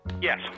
yes